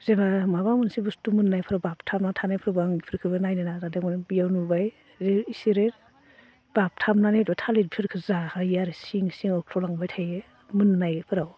जेब्ला माबा मोनसे बुस्थु मोननायफोराव बाबथाबना थानायफोर आं इफोरखोबो नायनो नाजादोमोन बियाव नुबाय इसोरो बाबथाबनानै थालिरफोरखो जाखायो आरो सिं सिङाव खुरलांबाय थायो मोननायफोराव